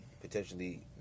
potentially